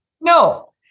No